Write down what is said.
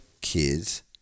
kids